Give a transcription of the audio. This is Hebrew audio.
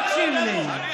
תקשיב לי.